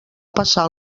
passar